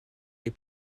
les